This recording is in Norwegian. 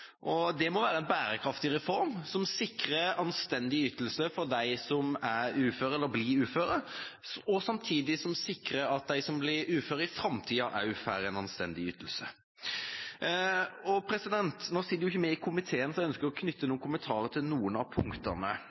lenger. Det må være en bærekraftig reform som sikrer anstendige ytelser for dem som er eller blir uføre, og som samtidig sikrer at de som blir uføre i framtida, også får en anstendig ytelse. Nå sitter ikke vi i komiteen, så jeg ønsker å knytte noen kommentarer til noen av punktene.